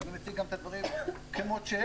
ואני מציג גם את הדברים כמות שהם,